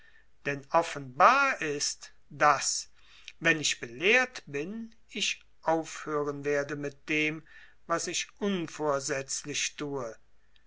denn offenbar ist daß wenn ich belehrt bin ich aufhören werde mit dem was ich unvorsätzlich tue